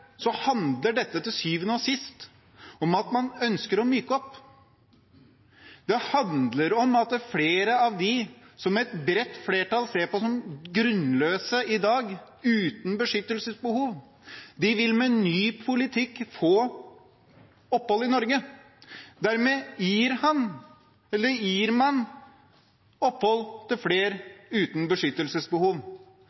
handler dette til syvende og sist om at man ønsker å myke opp. Det handler om at flere av dem som et bredt flertall ser på som grunnløse i dag, uten beskyttelsesbehov, vil med ny politikk få opphold i Norge. Dermed gir man opphold til